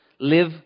live